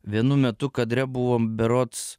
vienu metu kadre buvom berods